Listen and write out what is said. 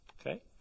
Okay